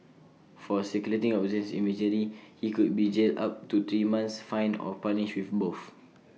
for circulating obscene imagery he could be jailed up to three months fined or punished with both